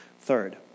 Third